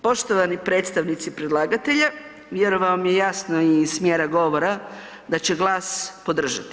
Poštovani predstavnici predlagatelja, vjerojatno vam je jasno i iz smjera govora da će GLAS podržati.